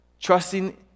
Trusting